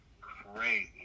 Crazy